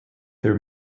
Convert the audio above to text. their